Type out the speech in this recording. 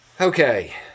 Okay